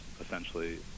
essentially